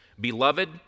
Beloved